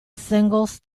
singles